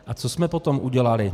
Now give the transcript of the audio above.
A co jsme potom udělali?